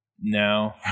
no